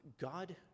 God